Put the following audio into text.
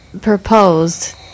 proposed